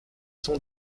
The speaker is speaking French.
sont